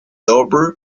louvre